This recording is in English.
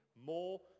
more